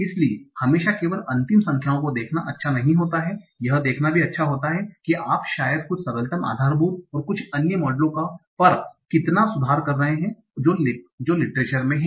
इसलिए हमेशा केवल अंतिम संख्याओं को देखना अच्छा नहीं होता है यह देखना भी अच्छा होता है कि आप शायद कुछ सरलतम आधारभूत और कुछ अन्य मॉडलों पर कितना सुधार कर रहे हैं जो लिट्रेचर में हैं